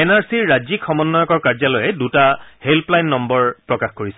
N R চিৰ ৰাজ্যিক সমন্বয়কৰ কাৰ্যালয়ে দূটা হেল্প লাইন নম্বৰ প্ৰকাশ কৰিছে